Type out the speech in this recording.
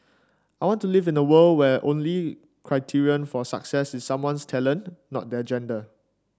I want to live in a world where only criterion for success is someone's talent not their gender